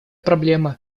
проблема